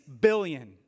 billion